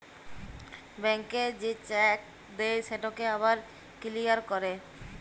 ব্যাংকে যে চ্যাক দেই সেটকে আবার কিলিয়ার ক্যরে